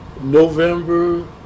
November